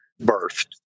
birthed